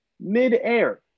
mid-air